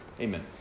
Amen